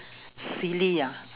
silly ah